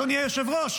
אדוני היושב-ראש,